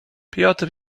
piotr